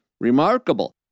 remarkable